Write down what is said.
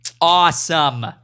Awesome